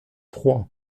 froid